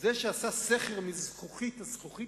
זה שעשה סכר מזכוכית, הזכוכית